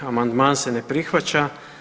Amandman se ne prihvaća.